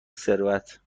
ثروت